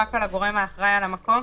רק על הגורם האחראי על המקום.